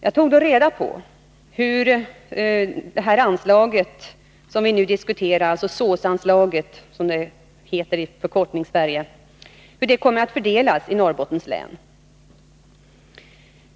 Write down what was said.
Jag tog då reda på hur det s.k. SÅS-anslaget, som vi nu diskuterar, kommer att fördelas i Norrbottens län.